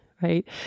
right